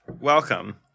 Welcome